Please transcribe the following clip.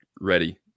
ready